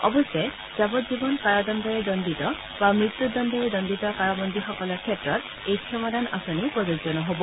অৱশ্যে যাৱজ্জীৱন কাৰাদণ্ডৰে দণ্ডিত বা মৃত্যুদণ্ডৰে দণ্ডিত কাৰাবন্দীসকলৰ ক্ষেত্ৰত এই ক্ষমাদান আঁচনি প্ৰযোজ্য নহ'ব